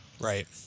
Right